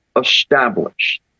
established